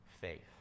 faith